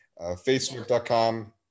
Facebook.com